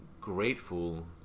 grateful